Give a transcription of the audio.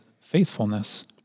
faithfulness